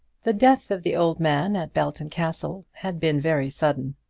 the death of the old man at belton castle had been very sudden.